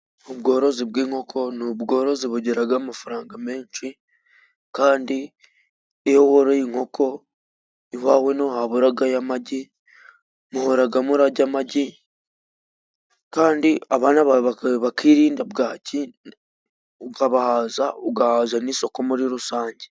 Ubworozi bw'inkoko ni ubworozi bugiraga amafaranga menshi, kandi iyo woroye inkoko iwawe ntohaburagayo amagi, muhoraga murarya amagi, kandi abana bawe bakirinda bwaki, ukabahaza, ugahaza n'isoko muri rusange.